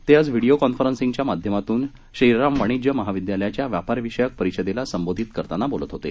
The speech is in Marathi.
ते आज व्हिडिओ कॉन्फरन्सिंगच्या माध्यमातून श्रीराम वाणिज्य महाविद्यालयाच्या व्यापारविषयक परिषदेला संबोधित करताना बोलत होते